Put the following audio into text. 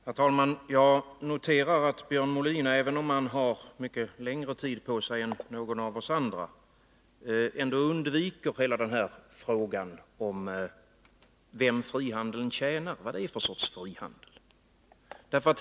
Herr talman! Jag noterar att Björn Molin, trots att han har mycket längre tid på sig än någon av oss andra, ändå undviker hela frågan om vem frihandeln tjänar, om vad det är för sorts frihandel.